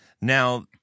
Now